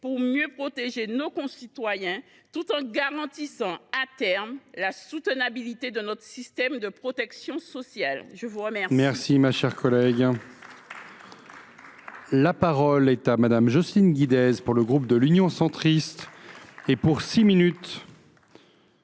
de mieux protéger nos concitoyens, tout en garantissant à terme la soutenabilité de notre système de protection sociale. La parole